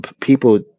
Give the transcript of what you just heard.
people